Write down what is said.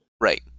right